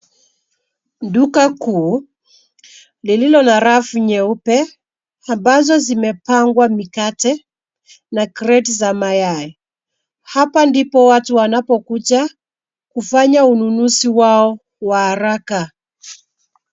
Duka kuu lililo na rafu nyeupe ambazo zimepangwa mikate na kreti za mayai. Hapa ndipo watu wanapokuja kufanya ununuzi wao wa haraka.